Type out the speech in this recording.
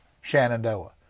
Shenandoah